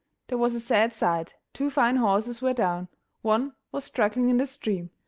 there was a sad sight two fine horses were down one was struggling in the stream,